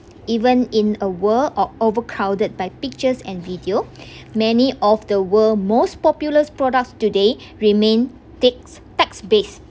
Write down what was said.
even in a world of overcrowded by pictures and video many of the world most popular products today remain takes tax base